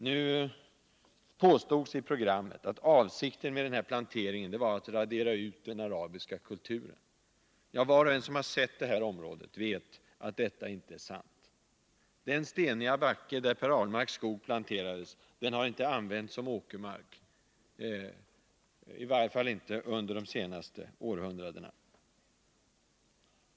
Nu påstods i programmet att avsikten med denna plantering var att radera ut den arabiska kulturen. Var och en som har sett området vet att det inte är sant. Den steniga backe, där Per Ahlmarks skog planterades, har inte använts som åkermark, i varje fall inte under de senaste århundradena.